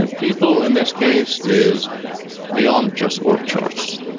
and people in this case is beyond just org charts.